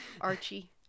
archie